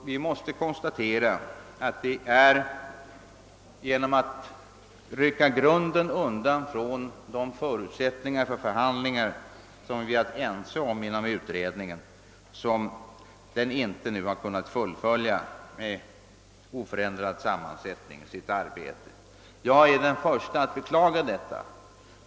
Vi måste konstatera att det är genom att grunden för de förutsättningar för förhandlingar, som vi varit ense om inom utredningen, ryckts undan som utredningen inte med oförändrad sammansättning kunnat fullfölja sitt arbete. Jag är den förste att beklaga detta.